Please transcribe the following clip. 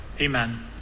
Amen